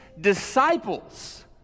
disciples